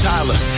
Tyler